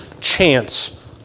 chance